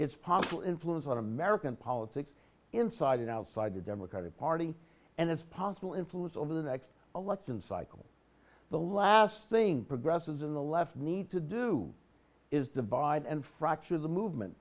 it's possible influence on american politics inside and outside the democratic party and its possible influence over the next election cycle the last thing progresses in the left need to do is divide and fracture the movement